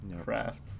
craft